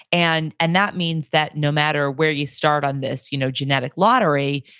and and that means that no matter where you start on this you know genetic lottery,